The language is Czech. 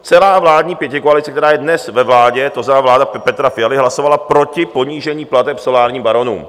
Celá vládní pětikoalice, která je dnes ve vládě, to znamená vláda Petra Fialy, hlasovala proti ponížení plateb solárním baronům.